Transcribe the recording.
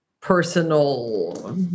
personal